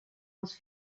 els